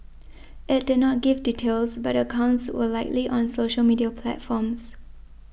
it did not give details but the accounts were likely on social media platforms